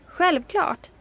Självklart